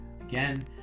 Again